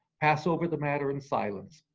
pass over the matter in silence.